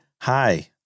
Hi